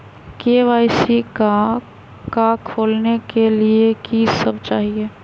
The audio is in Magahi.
के.वाई.सी का का खोलने के लिए कि सब चाहिए?